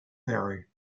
theory